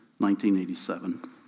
1987